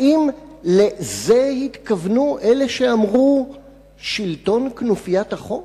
האם לזה התכוונו אלה שאמרו "שלטון כנופיית החוק"?